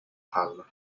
хаалла